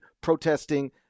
protesting